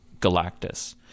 Galactus